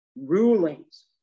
rulings